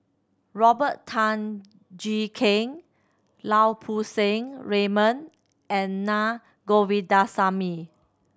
Robert Tan Jee Keng Lau Poo Seng Raymond and Naa Govindasamy